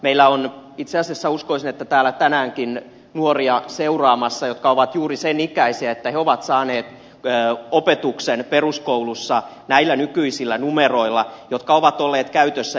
meillä on täällä itse asiassa uskoisin että tänäänkin seuraamassa nuoria jotka ovat juuri sen ikäisiä että he ovat saaneet opetuksen peruskoulussa näillä nykyisillä numeroilla jotka ovat olleet käytössä